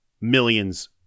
millions